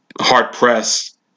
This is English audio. hard-pressed